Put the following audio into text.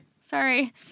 sorry